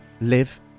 live